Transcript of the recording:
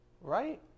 Right